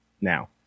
now